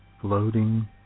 floating